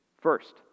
First